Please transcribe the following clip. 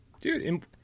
dude